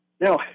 Now